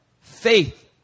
faith